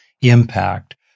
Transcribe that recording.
impact